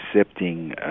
accepting